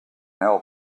help